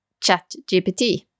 ChatGPT